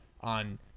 on